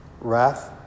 wrath